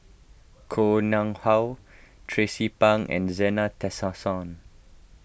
Koh Nguang How Tracie Pang and Zena Tessensohn